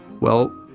well,